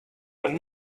would